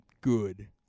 good